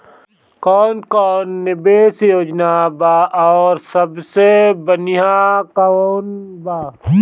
कवन कवन निवेस योजना बा और सबसे बनिहा कवन बा?